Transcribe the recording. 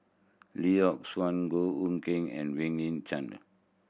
Lee Yock Suan Goh Hood Keng and Wang Chunde